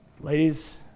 Ladies